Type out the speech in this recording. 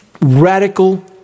Radical